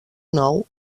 nou